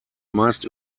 meist